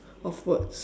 of words